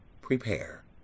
prepare